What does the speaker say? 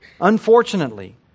Unfortunately